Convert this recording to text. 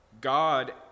God